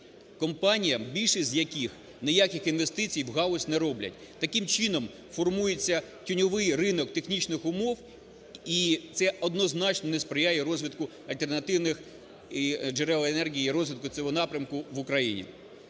компаніям, більшість з яких ніяких інвестицій в галузь не роблять. Таким чином, формується тіньовий ринок технічних умов, і це однозначно не сприяє розвитку альтернативних джерел енергії і розвитку цього напрямку в Україні.